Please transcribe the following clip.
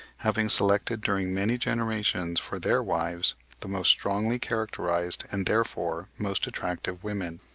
having selected during many generations for their wives the most strongly characterised and therefore most attractive women.